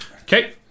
Okay